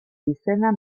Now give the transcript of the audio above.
izena